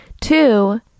two